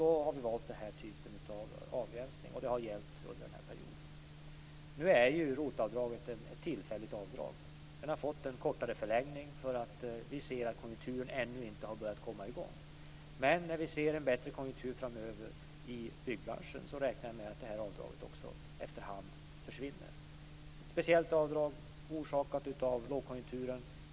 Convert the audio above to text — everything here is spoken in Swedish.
Därför har vi valt den här typen av avgränsning, och den har gällt under den här perioden. ROT-avdraget är ju ett tillfälligt avdrag. Det har fått en kortare förlängning därför att vi ser att konjunkturen ännu inte har börjat komma i gång. Men när vi ser en bättre konjunktur framöver i byggbranschen räknar vi med att det här avdraget försvinner efter hand. Det är alltså ett speciellt avdrag, orsakat av lågkonjunkturen.